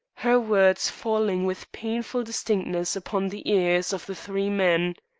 her words falling with painful distinctness upon the ears of the three men.